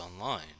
online